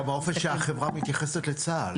גם האופן שהחברה מתייחסת לצה"ל.